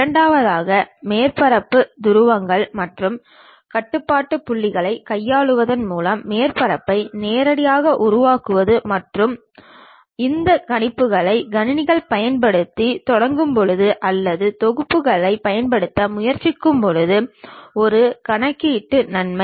இரண்டாவதாக மேற்பரப்பு துருவங்கள் மற்றும் கட்டுப்பாட்டு புள்ளிகளைக் கையாளுவதன் மூலம் மேற்பரப்பை நேரடியாக உருவாக்குவது மற்றும் மக்கள் இந்த கணினிகளைப் பயன்படுத்தத் தொடங்கும்போது அல்லது தொகுப்புகளைப் பயன்படுத்த முயற்சிக்கும்போது ஒரு கணக்கீட்டு நன்மை